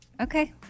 Okay